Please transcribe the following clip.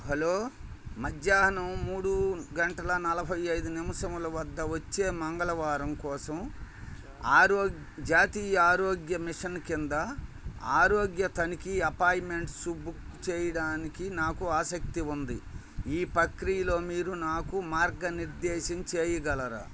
hello మధ్యాహ్నం మూడు గంటల నలభై ఐదు నిమిషముల వద్ద వచ్చే మంగళవారం కోసం ఆరో జాతీయ ఆరోగ్య మిషన్ కింద ఆరోగ్య తనిఖీ అపాయింట్మెంట్సు బుక్ చేయడానికి నాకు ఆసక్తి ఉంది ఈ పక్రియలో మీరు నాకు మార్గనిర్దేశం చేయగలరా